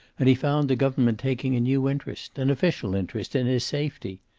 and he found the government taking a new interest, an official interest, in his safety.